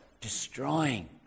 destroying